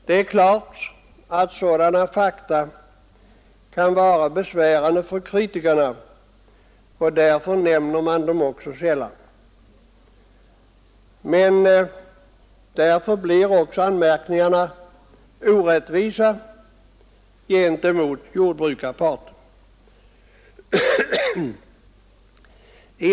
Det är klart att sådana fakta kan vara besvärande för kritikerna, och därför nämner de dem sällan. Men därför blir också anmärkningarna mot jordbrukarparten orättvisa.